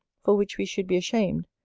for which we should be ashamed,